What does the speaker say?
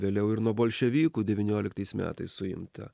vėliau ir nuo bolševikų devynioliktais metais suimta